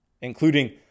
including